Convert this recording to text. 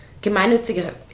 gemeinnützige